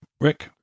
Rick